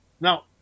Now